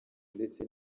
ndetse